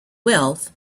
wealth